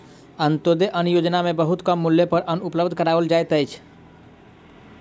अन्त्योदय अन्न योजना में बहुत कम मूल्य पर अन्न उपलब्ध कराओल जाइत अछि